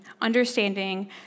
understanding